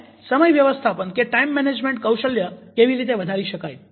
અને સમય વ્યવસ્થાપન કૌશલ્ય કેવી રીતે વધારી શકાય